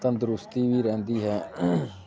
ਤੰਦਰੁਸਤੀ ਵੀ ਰਹਿੰਦੀ ਹੈ